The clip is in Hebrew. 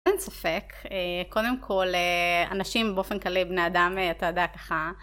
אין ספק, קודם כל אנשים באופן כללי, בני אדם אתה יודע ככה